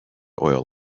oil